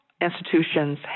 institutions